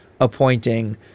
appointing